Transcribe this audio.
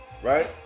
right